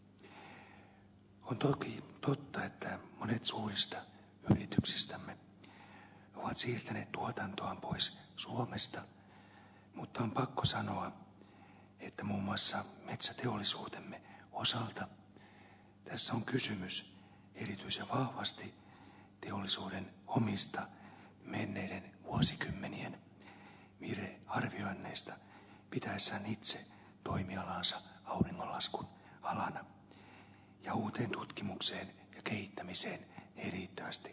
on toki totta että monet suurista yrityksistämme ovat siirtäneet tuotantoaan pois suomesta mutta on pakko sanoa että muun muassa metsäteollisuutemme osalta tässä on kysymys erityisen vahvasti teollisuuden omista menneiden vuosikymmenien virhearvioinneista sen pitäessä itse toimialaansa auringonlaskun alana jolloin uuteen tutkimukseen ja kehittämiseen ei riittävästi satsattu